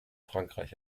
frankreich